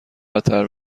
بدتر